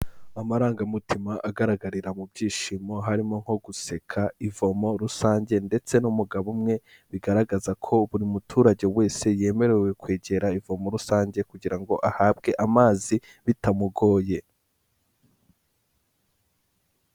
Amarangamutima agaragarira mu byishimo, harimo nko guseka, ivomo rusange ndetse n'umugabo umwe, bigaragaza ko buri muturage wese yemerewe kwegera ivomo rusange kugira ngo ahabwe amazi bitamugoye.